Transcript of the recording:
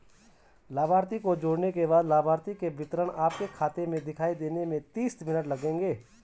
लाभार्थी को जोड़ने के बाद लाभार्थी के विवरण आपके खाते में दिखाई देने में तीस मिनट लगेंगे